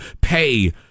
pay